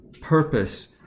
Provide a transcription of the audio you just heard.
purpose